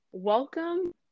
Welcome